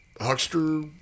huckster